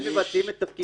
הם מבצעים את תפקידם,